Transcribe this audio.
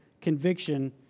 conviction